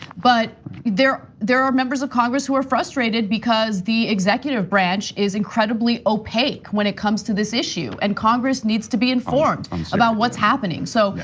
but there there are members of congress who are frustrated because the executive branch is incredibly opaque when it comes to this issue and congress needs to be informed about what's happening. so,